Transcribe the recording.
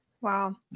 Wow